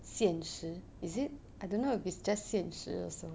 现实 is it I don't know if it's just 现实 also